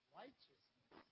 righteousness